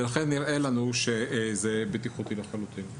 לכן, נראה לנו שזה בטיחותי לחלוטין.